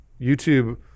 YouTube